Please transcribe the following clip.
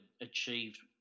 achieved